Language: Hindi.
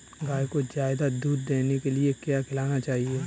गाय को ज्यादा दूध देने के लिए क्या खिलाना चाहिए?